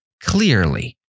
clearly